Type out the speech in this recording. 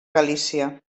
galícia